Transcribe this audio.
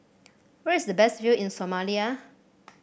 where is the best view in Somalia